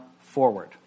forward